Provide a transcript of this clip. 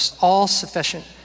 all-sufficient